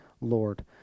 Lord